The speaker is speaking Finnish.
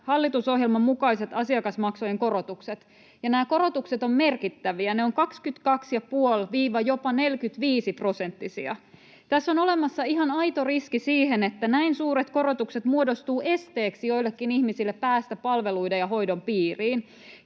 hallitusohjelman mukaiset asiakasmaksujen korotukset, ja nämä korotukset ovat merkittäviä: ne ovat jopa 22,5—45-prosenttisia. Tässä on olemassa ihan aito riski siihen, että näin suuret korotukset muodostuvat esteeksi joillekin ihmisille päästä palveluiden ja hoidon piiriin.